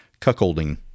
Cuckolding